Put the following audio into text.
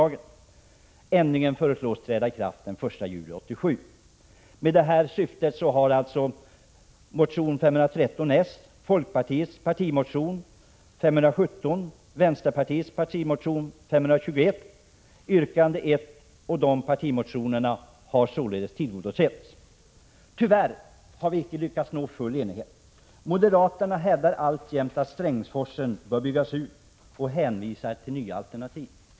Ändringen föreslås träda i kraft den 1 juli 1987. Med det nu anförda har syftet med socialdemokraternas motion Bo513, folkpartiets partimotion Bo517 yrkande 6 och vänsterpartiet kommunisternas partimotion Bo521 yrkande 1 såvitt nu är i fråga tillgodosetts. Vi har tyvärr inte lyckats nå full enighet. Moderaterna hävdar alltjämt att Strängsforsen bör byggas ut och hänvisar till nya alternativ. Herr talman!